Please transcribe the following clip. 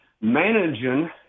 managing